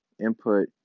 input